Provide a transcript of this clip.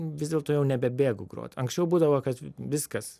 vis dėlto jau nebebėgu grot anksčiau būdavo kad viskas